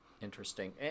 Interesting